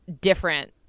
different